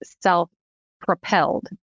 self-propelled